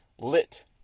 Lit